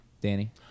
Danny